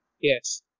Yes